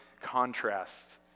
contrast